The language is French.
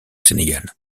sénégal